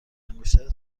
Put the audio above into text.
انگشتر